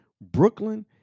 Brooklyn